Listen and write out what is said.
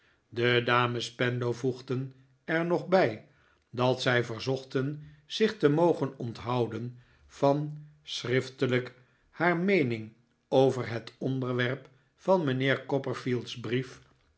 de dames spenlow voegden er nog bij dat zij verzochten zich te mogen onthouden van schriftelijk haar meening over het onderwerp van mijnheer copperfield's brief